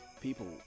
people